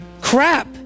crap